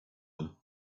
him